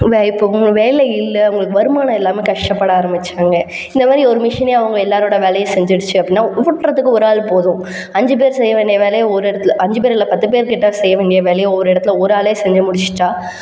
இப்போது வேலை இல்லை அவங்களுக்கு வருமானம் இல்லாமல் கஷ்டப்பட ஆரம்பிச்சிட்டாங்க இந்தமாதிரி ஒரு மெஷினே அவங்க எல்லோரோட வேலையையும் செஞ்சுருச்சு அப்படின்னா ஓட்டுறதுக்கு ஒரு ஆள் போதும் அஞ்சு பேர் செய்ய வேண்டிய வேலையை ஒரு இடத்துல அஞ்சு பேர் இல்லை பத்து பேர்கிட்ட செய்ய வேண்டிய வேலையை ஒரு இடத்துல ஒரே ஆள் செஞ்சு முடிச்சிட்டால்